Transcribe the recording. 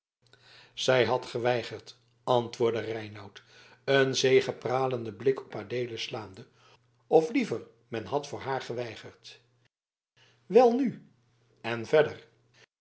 zij had geweigerd antwoordde reinout een zegepralenden blik op adeelen slaande of liever men had voor haar geweigerd welnu en verder